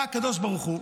בא הקדוש ברוך הוא,